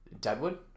deadwood